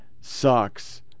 sucks